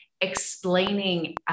explaining